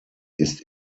ist